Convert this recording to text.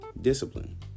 discipline